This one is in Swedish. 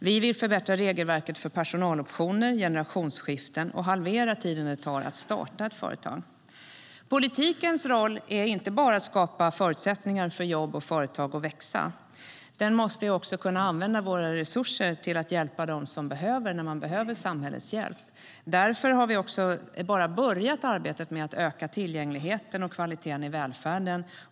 Vi vill förbättra regelverket för personaloptioner och generationsskiften samt halvera tiden det tar att starta ett företag. Politikens roll är inte bara att skapa förutsättningar för jobb och företag att växa. Den måste också kunna använda våra resurser till att hjälpa när man behöver samhällets hjälp. Därför har vi bara börjat arbetet med att öka tillgängligheten och höja kvaliteten i välfärden.